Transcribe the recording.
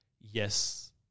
Yes